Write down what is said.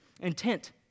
intent